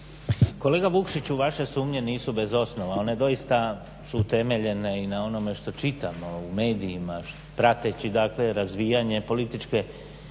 Kolega Vukšiću vaše sumnje nisu bez osnova, one doista su utemeljene i na onome što čitamo u medijima, prateći dakle razvijanje političke